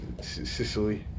Sicily